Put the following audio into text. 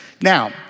Now